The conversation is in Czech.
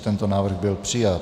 Tento návrh byl přijat.